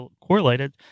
correlated